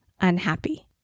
unhappy